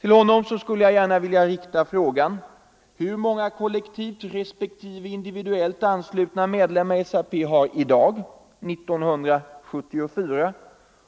Till honom vill jag rikta frågan hur många kollektivt respektive individuellt anslutna medlemmar SAP har i dag, 1974,